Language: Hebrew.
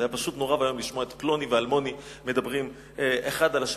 זה היה פשוט נורא ואיום לשמוע את פלוני ואלמוני מדברים אחד על השני.